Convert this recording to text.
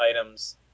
items